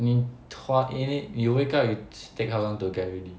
你 t~ !wah! 你 you wake up you s~ take how long to get ready